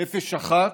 "נפש אחת"